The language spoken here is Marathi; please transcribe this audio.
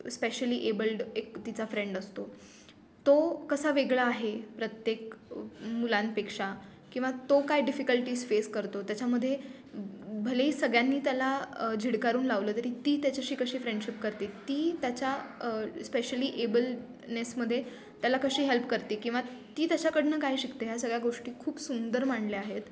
स्पेशली एबल्ड एक तिचा फ्रेंड असतो तो कसा वेगळा आहे प्रत्येक मुलांपेक्षा किंवा तो काय डिफिकल्टीज फेस करतो त्याच्यामध्ये भलेही सगळ्यांनी त्याला झिडकारून लावलं तरी ती त्याच्याशी कशी फ्रेंडशिप करते ती त्याच्या स्पेशली एबलनेसमध्ये त्याला कशी हेल्प करते किंवा ती त्याच्याकडनं काय शिकते ह्या सगळ्या गोष्टी खूप सुंदर मांडल्या आहेत